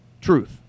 Truth